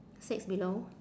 six below